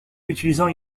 utilisant